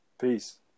Peace